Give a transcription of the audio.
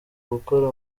gukora